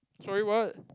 sorry what